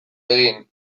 egin